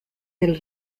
del